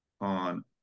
on